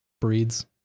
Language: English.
breeds